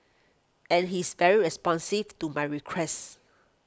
and he's very responsive to my requests